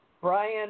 Brian